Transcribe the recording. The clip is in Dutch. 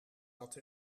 dat